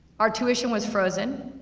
our tuition was frozen,